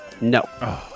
No